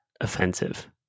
offensive